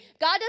God